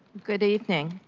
good evening.